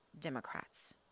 Democrats